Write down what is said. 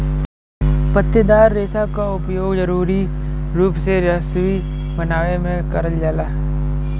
पत्तेदार रेसा क उपयोग जरुरी रूप से रसरी बनावे में करल जाला